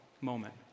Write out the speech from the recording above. moment